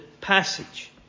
passage